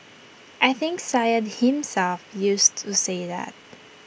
I think Syed himself used to say that